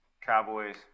Cowboys